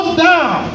down